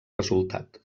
resultat